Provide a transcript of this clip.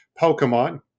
Pokemon